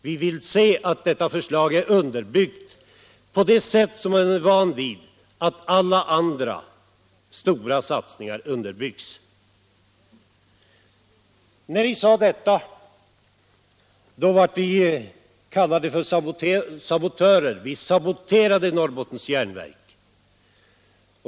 Vi vill se att detta förslag är underbyggt på samma sätt som man är van vid att alla andra stora satsningar underbyggs. När vi framförde den meningen blev vi kallade sabotörer — vi saboterade Norrbottens Järnverk!